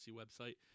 website